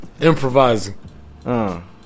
improvising